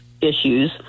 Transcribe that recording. issues